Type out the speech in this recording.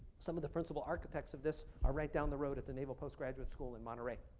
some of the principal architects of this are right down the road at the naval postgraduate school in monterey.